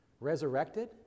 resurrected